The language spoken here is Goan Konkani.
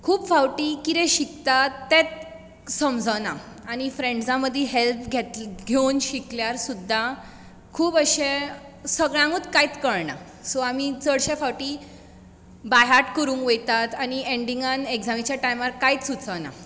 खूब फावटीं कितें शिकतात तेंत समजना आनी फ्रेंजां मदीं हेल्प घेवन शिकल्यार सुद्धा खूब अशें सगळ्यांकूच कांयत कळना सो आमी चडशे फावटीं बायहार्ट करूंक वयतात आनी एडिंगा एक्जामीच्या टायमार कांयत सुचना